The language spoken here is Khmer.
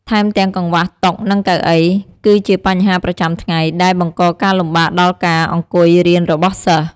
ថែមទាំងកង្វះតុ និងកៅអី គឺជាបញ្ហាប្រចាំថ្ងៃ ដែលបង្កការលំបាកដល់ការអង្គុយរៀនរបស់សិស្ស។